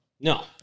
No